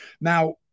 now